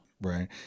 Right